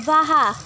वाहा